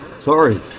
sorry